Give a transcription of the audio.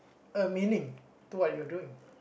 a meaning to what you are doing